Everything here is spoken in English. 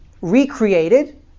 recreated